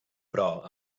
però